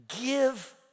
Give